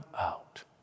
out